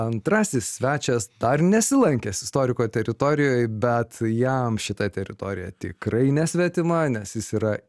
antrasis svečias dar nesilankęs istoriko teritorijoj bet jam šita teritorija tikrai nesvetima nes jis yra